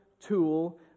tool